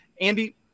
Andy